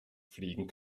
fliegen